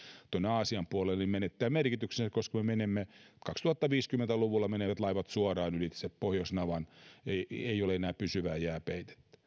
aasian puolelle menettää merkityksensä koska kaksituhattaviisikymmentä luvulla laivat menevät suoraan ylitse pohjoisnavan ei ei ole enää pysyvää jääpeitettä